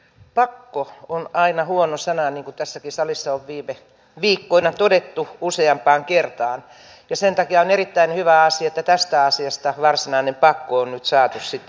pakko on aina huono sana niin kuin tässäkin salissa on viime viikkoina todettu useampaan kertaan ja sen takia on erittäin hyvä asia että tästä asiasta varsinainen pakko on nyt saatu sitten poistettua